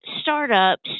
startups